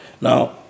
Now